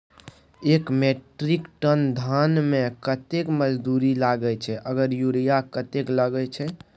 एक metric ton धान में कतेक मजदूरी लागे छै आर यूरिया कतेक लागे छै?